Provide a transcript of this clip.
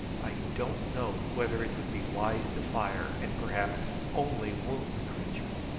i don't know whether it would be wise to fire, and perhaps only wound the creature.